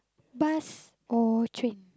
bus or train